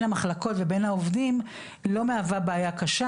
המחלקות ובין העובדים לא מהווה בעיה קשה,